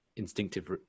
instinctive